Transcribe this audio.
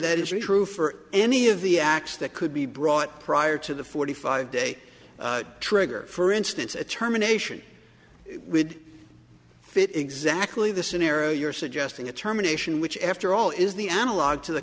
really true for any of the acts that could be brought prior to the forty five day trigger for instance a terminations would fit exactly the scenario you're suggesting a terminations which after all is the analogue to the